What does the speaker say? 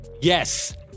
Yes